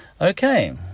Okay